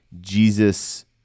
Jesus